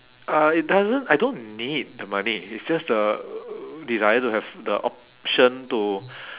uh it doesn't I don't need the money it's just the desire to have the option to